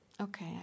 Okay